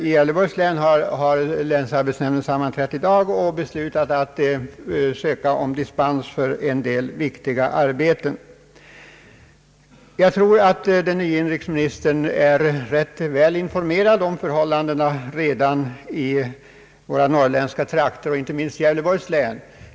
I Gävleborgs län har länsarbetsnämnden sammanträtt i dag och beslutat ansöka om dispens för en del viktiga arbeten. Jag tror att den nye inrikesministern redan är rätt väl informerad om förhållandena i våra norrländska trakter, inte minst i Gävleborgs län.